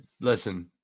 Listen